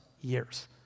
years